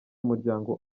muryango